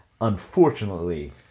Unfortunately